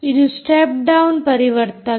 ಇದು step down ಪರಿವರ್ತಕ